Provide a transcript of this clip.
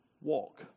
walk